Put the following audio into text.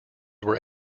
were